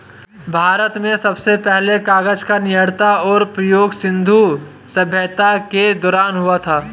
भारत में सबसे पहले कागज़ का निर्माण और प्रयोग सिन्धु सभ्यता के दौरान हुआ